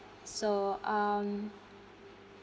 so um